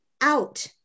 out